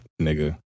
nigga